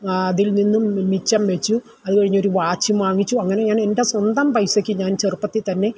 അതിൽ നിന്നും മിച്ചം വെച്ചു അതുകഴിഞ്ഞൊരു വാച്ചും വാങ്ങിച്ചു അങ്ങനെ ഞാനെൻ്റെ സ്വന്തം പൈസയ്ക്ക് ഞാൻ ചെറുപ്പത്തിൽ തന്നെ